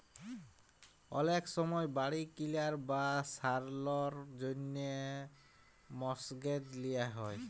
অলেক সময় বাড়ি কিলার বা সারালর জ্যনহে মর্টগেজ লিয়া হ্যয়